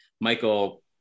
Michael